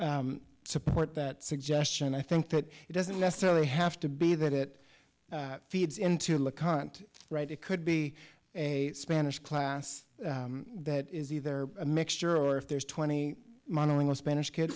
support that suggestion i think that it doesn't necessarily have to be that it feeds into like current right it could be a spanish class that is either a mixture or if there's twenty monolingual spanish